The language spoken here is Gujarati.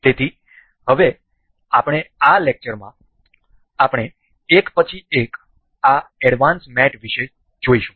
તેથી હવે આપણે આ લેક્ચરમાં આપણે એક પછી એક આ એડવાન્સ મેટ વિશે જોઈશું